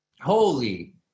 Holy